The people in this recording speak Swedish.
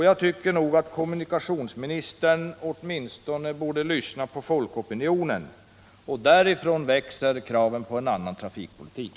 Jag tycker nog att kommunikationsministern åtminstone borde lyssna på folkopinionen, och därifrån växer kraven på en annan trafikpolitik.